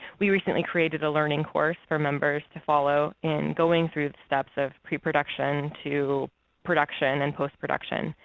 we recently created a learning course for members to follow in going through the steps of preproduction to production and postproduction.